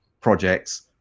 projects